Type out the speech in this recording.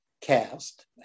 cast